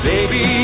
Baby